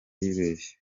yibeshye